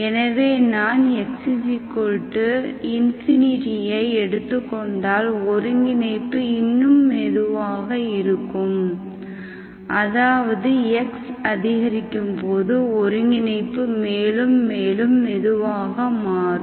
எனவே நான் x∞ஐ எடுத்துக்கொண்டால் ஒருங்கிணைப்பு இன்னும் மெதுவாக இருக்கும் அதாவது x அதிகரிக்கும்போது ஒருங்கிணைப்பு மேலும் மேலும் மெதுவாக மாறும்